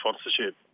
sponsorship